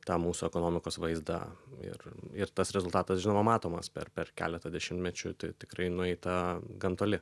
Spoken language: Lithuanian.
tą mūsų ekonomikos vaizdą ir ir tas rezultatas žinoma matomas per per keletą dešimtmečių tai tikrai nueita gan toli